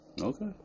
Okay